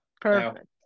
perfect